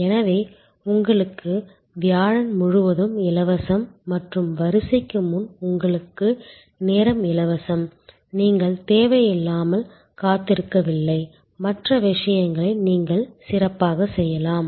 எனவே உங்களுக்கு வியாழன் முழுவதும் இலவசம் மற்றும் வரிசைக்கு முன் உங்களுக்கு நேரம் இலவசம் நீங்கள் தேவையில்லாமல் காத்திருக்கவில்லை மற்ற விஷயங்களை நீங்கள் சிறப்பாகச் செய்யலாம்